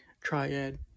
triad